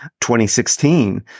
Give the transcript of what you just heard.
2016